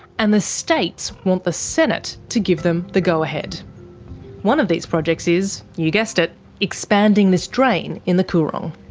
and the states want the senate to give them the go-ahead. one of these projects is you guessed it expanding this drain in the coorong.